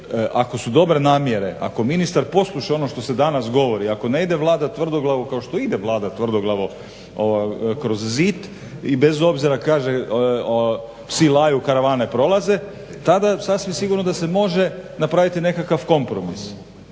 ako su dobre namjere, ako ministar posluša ono što se danas govori, ako ne ide Vlada tvrdoglavo kao što ide Vlada tvrdoglavo kroz zid i bez obzira kaže psi laju, karavane prolaze tada sasvim sigurno da se može napraviti nekakav kompromis